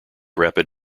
rapid